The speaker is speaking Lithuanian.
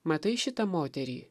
matai šitą moterį